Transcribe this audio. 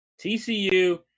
TCU